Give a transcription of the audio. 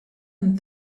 and